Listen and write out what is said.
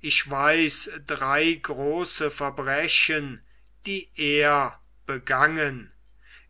ich weiß drei große verbrechen die er begangen